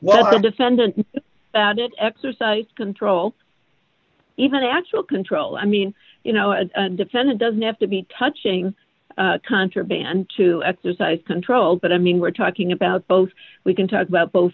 defendant did exercise control even actual control i mean you know a defendant doesn't have to be touching contraband to exercise control but i mean we're talking about both we can talk about both